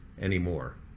anymore